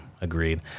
Agreed